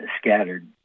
scattered